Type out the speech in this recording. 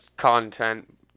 content